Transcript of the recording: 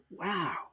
wow